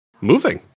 moving